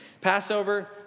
Passover